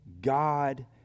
God